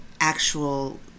actual